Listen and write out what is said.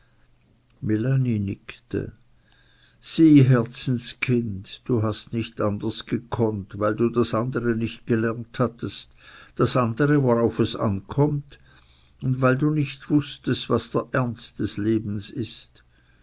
sieh herzenskind du hast nicht anders gekonnt weil du das andre nicht gelernt hattest das andre worauf es ankommt und weil du nicht wußtest was der ernst des lebens ist